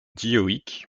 dioïque